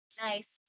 nice